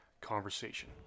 conversation